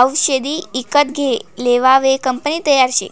आवषदे ईकत लेवाले कंपनी तयार शे